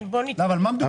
כן, בואו נתמקד בו.